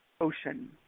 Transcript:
ocean